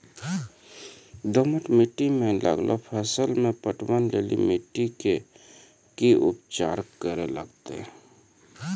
दोमट मिट्टी मे लागलो फसल मे पटवन लेली मिट्टी के की उपचार करे लगते?